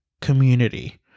community